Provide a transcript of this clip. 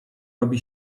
robi